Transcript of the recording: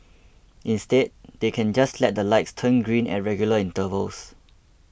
instead they can just let the lights turn green at regular intervals